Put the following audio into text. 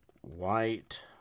white